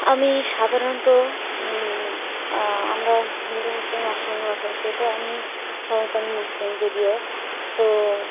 আমি সাধারণত আমরা হিন্দু মুসলিম একসঙ্গে বসবাস করি তো আমি সাধারণত আমি মুসলিম যদিও তো